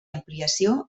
ampliació